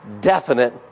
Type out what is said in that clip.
definite